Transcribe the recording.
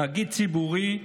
תאגיד ציבורי,